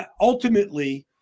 ultimately